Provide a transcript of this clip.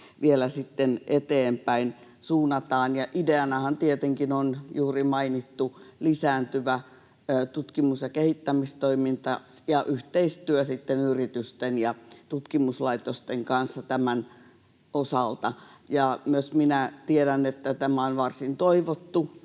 vielä sitten suunnataan eteenpäin. Ideanahan tietenkin on juuri mainittu lisääntyvä tutkimus- ja kehittämistoiminta ja yhteistyö sitten yritysten ja tutkimuslaitosten kanssa tämän osalta. Myös minä tiedän, että tämä on varsin toivottu